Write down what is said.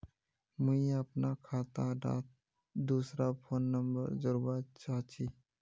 मुई अपना खाता डात दूसरा फोन नंबर जोड़वा चाहची?